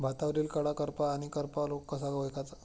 भातावरील कडा करपा आणि करपा रोग कसा ओळखायचा?